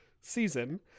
season